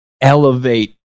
elevate